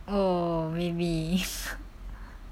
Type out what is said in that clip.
orh maybe